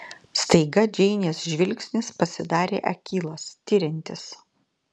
staiga džeinės žvilgsnis pasidarė akylas tiriantis